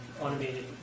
automated